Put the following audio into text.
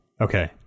okay